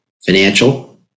financial